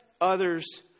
others